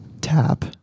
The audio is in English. tap